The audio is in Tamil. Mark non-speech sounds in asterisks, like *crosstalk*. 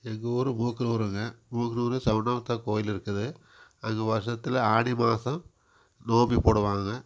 எங்கள் ஊர் கோகுலப்புரோங்க *unintelligible* கோவில் இருக்குது அங்கே வருஷத்தில் ஆடி மாசம் நோம்பி போடுவாங்க